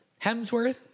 hemsworth